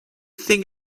thing